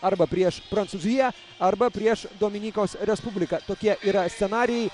arba prieš prancūziją arba prieš dominikos respubliką tokie yra scenarijai